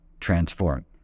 transform